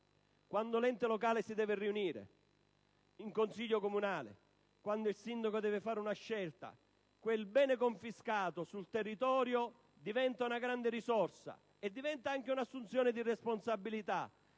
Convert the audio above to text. Quando l'ente locale si deve riunire in consiglio comunale, quando il sindaco deve fare una scelta, quel bene confiscato sul territorio diventa una grande risorsa ed anche un'assunzione di responsabilità,